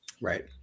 Right